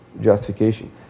justification